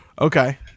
okay